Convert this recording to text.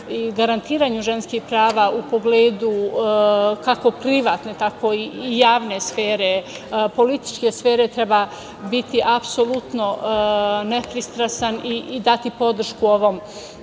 garantovanju ženskih prava u pogledu kako privatne, tako i javne sfere, političke sfere, treba biti apsolutno nepristrasan i dati podršku ovakvoj